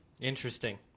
Interesting